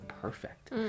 perfect